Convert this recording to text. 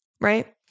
right